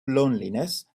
loneliness